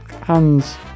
hands